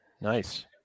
Nice